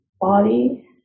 body